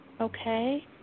Okay